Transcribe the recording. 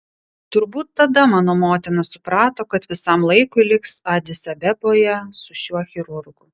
turbūt tada mano motina suprato kad visam laikui liks adis abeboje su šiuo chirurgu